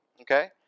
okay